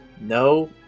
No